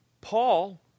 Paul